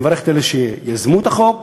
אני מברך את אלה שיזמו את החוק.